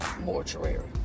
Mortuary